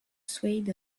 swayed